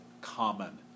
common